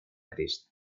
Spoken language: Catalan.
crist